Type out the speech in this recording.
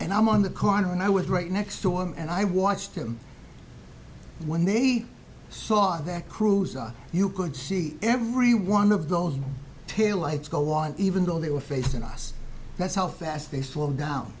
and i'm on the corner and i was right next to him and i watched him when he saw that cruiser you could see every one of those taillights go on even though they were facing us that's how fast they slowed down